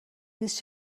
نیست